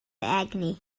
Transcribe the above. egni